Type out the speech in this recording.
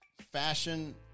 fashion